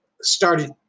started